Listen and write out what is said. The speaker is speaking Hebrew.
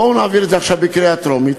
בואו ונעביר את זה עכשיו בקריאה טרומית,